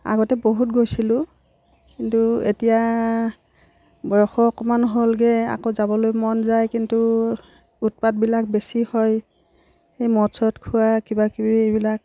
আগতে বহুত গৈছিলোঁ কিন্তু এতিয়া বয়সো অকণমান হ'লগৈ আকৌ যাবলৈ মন যায় কিন্তু উৎপাতবিলাক বেছি হয় সেই মদ চদ খোৱা কিবাকিবি এইবিলাক